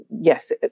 yes